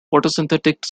photosynthetic